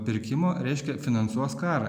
pirkimo reiškia finansuos karą